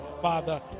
Father